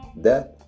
death